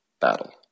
battle